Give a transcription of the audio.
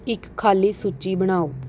ਇੱਕ ਖਾਲੀ ਸੂਚੀ ਬਣਾਓ